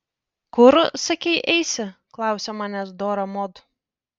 kur sakei eisi klausia manęs dora mod